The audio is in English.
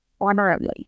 honorably